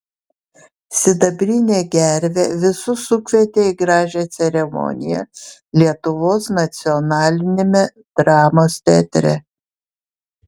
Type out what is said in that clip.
sidabrinė gervė visus sukvietė į gražią ceremoniją lietuvos nacionaliniame dramos teatre